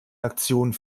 aktionen